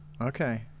Okay